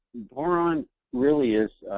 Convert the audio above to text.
boron really is,